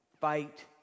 fight